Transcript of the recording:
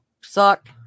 suck